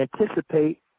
anticipate